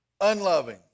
unloving